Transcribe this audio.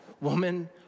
woman